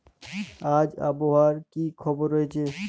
আজ আবহাওয়ার কি খবর রয়েছে?